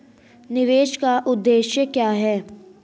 निवेश का उद्देश्य क्या है?